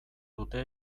dute